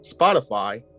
Spotify